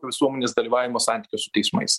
visuomenės dalyvavimo santykio su teismais